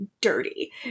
dirty